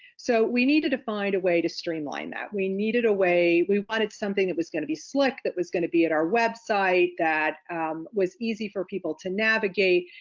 so we needed to find a way to streamline that we needed a way we wanted something that was gonna be slick that was gonna be at our website that was easy for people to navigate.